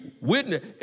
witness